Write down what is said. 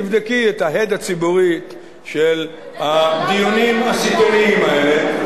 תבדקי את ההד הציבורי של הדיונים הסיטוניים האלה.